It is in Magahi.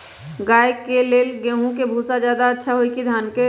गाय के ले गेंहू के भूसा ज्यादा अच्छा होई की धान के?